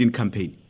campaign